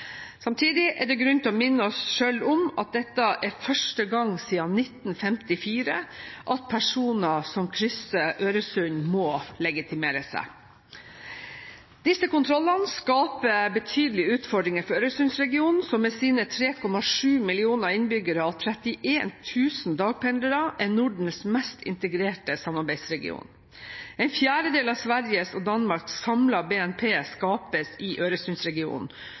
Samtidig er det grunn til å minne oss selv om at dette er første gang siden 1954 at personer som krysser Øresund, må legitimere seg. Disse kontrollene skaper betydelige utfordringer for Øresundsregionen, som med sine 3,7 millioner innbyggere og 31 000 dagpendlere er Nordens mest integrerte samarbeidsregion. En fjerdedel av Sveriges og Danmarks samlede BNP skapes i Øresundsregionen,